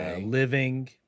living